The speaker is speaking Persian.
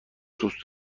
دوست